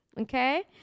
okay